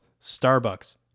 Starbucks